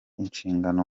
inshingano